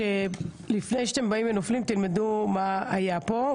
לפני שאתם באים ונופלים תלמדו מה היה פה,